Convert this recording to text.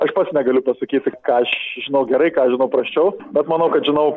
aš pats negaliu pasakyti ką aš žinau gerai ką aš žinau prasčiau bet manau kad žinau